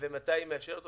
ומתי היא מאשרת אותו,